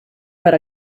per